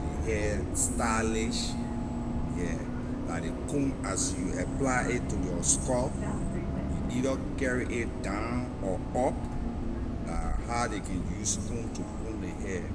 Ley hair stylish yeah la ley comb as you apply a to your skull you either carry a down or up la how ley can use comb to comb ley hair